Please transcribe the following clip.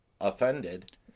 offended